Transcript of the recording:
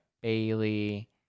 Bailey